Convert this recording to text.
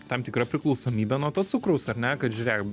tam tikrą priklausomybę nuo to cukraus ar ne kad žiūrėk